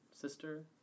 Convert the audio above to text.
sister